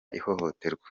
ihohoterwa